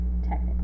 technically